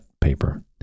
paper